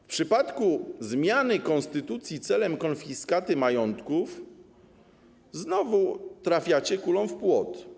W przypadku zmiany konstytucji celem konfiskaty majątków znowu trafiacie kulą w płot.